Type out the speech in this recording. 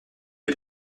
est